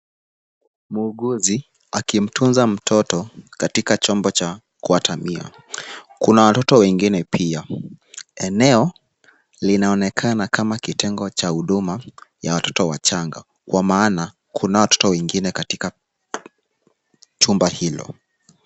Muuguzi akimtunza mtoto, katika chombo cha kuwatamia. Kuna watoto wengine pia. Eneo linaonekana kama kitengo cha huduma, ya watoto wachanga, kwa maana kuna watoto wengine katika chumba hilo.